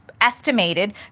estimated